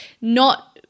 not-